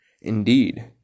Indeed